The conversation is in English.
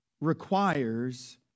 requires